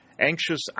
Anxious